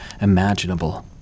imaginable